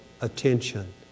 attention